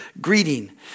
greeting